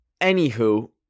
anywho